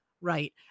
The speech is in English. right